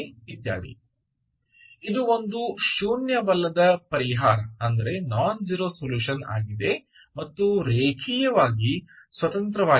ಇದು ಒಂದು ಶೂನ್ಯವಲ್ಲದ ಪರಿಹಾರ ಮತ್ತು ರೇಖೀಯವಾಗಿ ಸ್ವತಂತ್ರವಾಗಿದೆ